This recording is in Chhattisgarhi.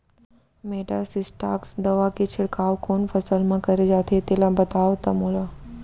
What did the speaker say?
मेटासिस्टाक्स दवा के छिड़काव कोन फसल म करे जाथे तेला बताओ त मोला?